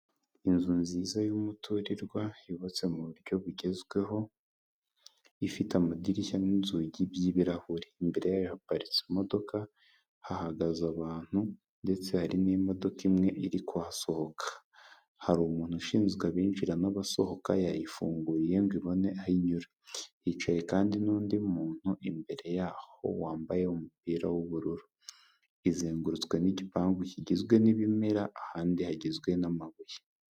Inzu nziza y'umuturirwa yubatse mu buryo bugezweho, ifite amadirishya n'inzugi by'ibirahuri, imbere haparitse imodoka, hahagaze abantu ndetse hari n'imodoka imwe iri kuhasohoka, hari umuntu ushinzwe abinjira n'abasohoka yayifunguriye ngo ibone aho inyura, hicaye kandi n'undi muntu imbere yaho wambaye umupira w'ubururu . Izengurutswe n'igipangu kigizwe n'ibimera ahandi hagizwe n'amabuye.